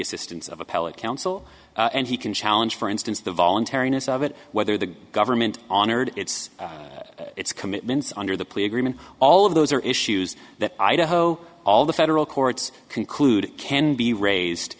assistance of appellate counsel and he can challenge for instance the voluntariness of it whether the government honored its its commitments under the plea agreement all of those are issues that idaho all the federal courts conclude can be raised